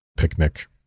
picnic